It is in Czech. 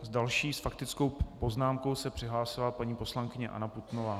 Další s faktickou poznámkou se přihlásila paní poslankyně Anna Putnová.